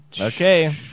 Okay